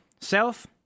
self